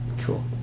cool